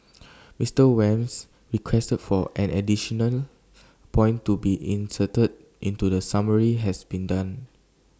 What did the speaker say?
Mister Wham's request for an additional point to be inserted into the summary has been done